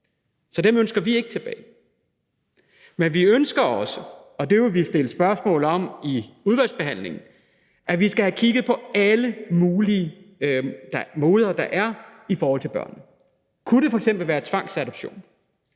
Så dem ønsker vi ikke tilbage. Men vi ønsker på den anden side – og det vil vi stille spørgsmål om i udvalgsbehandlingen – at vi skal have kigget på alle mulige måder at gøre det på i forhold til børnene. Kunne det f.eks. være tvangsadoption,